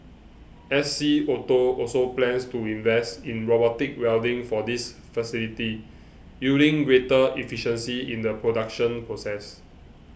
S C Auto also plans to invest in robotic welding for this facility yielding greater efficiency in the production process